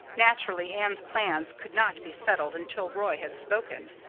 naturally anne's plans could not be settled until roy had spoken.